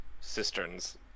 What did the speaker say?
cisterns